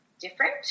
different